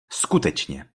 skutečně